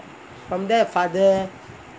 from there father